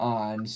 on